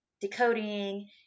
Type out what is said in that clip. decoding